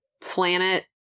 Planet